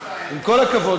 עם כל הכבוד,